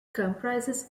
comprises